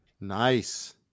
nice